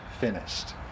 finished